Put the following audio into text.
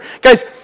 Guys